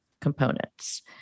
components